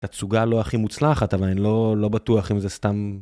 תצוגה לא הכי מוצלחת אבל אני לא בטוח אם זה סתם